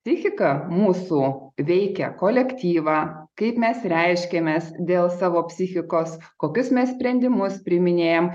psichika mūsų veikia kolektyvą kaip mes reiškiamės dėl savo psichikos kokius mes sprendimus priiminėjam